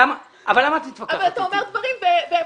אבל אתה אומר דברים.